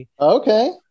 okay